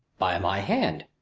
by my hand,